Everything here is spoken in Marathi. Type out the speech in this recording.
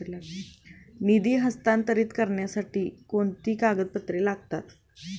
निधी हस्तांतरित करण्यासाठी कोणती कागदपत्रे लागतात?